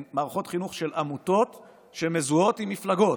מערכות חינוך של עמותות שמזוהות עם מפלגות,